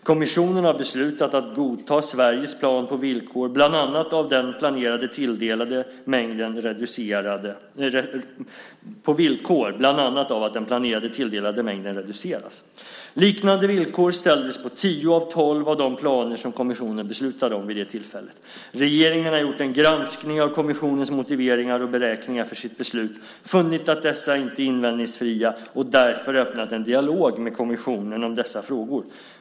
Kommission har beslutat att godta Sveriges plan på villkor bland annat av att den planerade tilldelade mängden reduceras. Liknande villkor ställdes på tio av tolv av de planer som kommissionen beslutade om vid det tillfället. Regeringen har gjort en granskning av kommissionens motiveringar och beräkningar för sitt beslut och har funnit att dessa inte är invändningsfria och därför öppnat en dialog med kommissionen om dessa frågor.